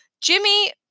Jimmy